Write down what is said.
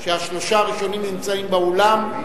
השלושה הראשונים נמצאים באולם,